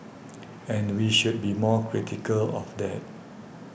and we should be more critical of that